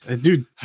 dude